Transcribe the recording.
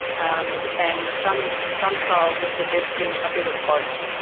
um and some some trials are suggesting a bit of both.